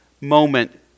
moment